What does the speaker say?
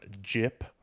Jip